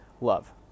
love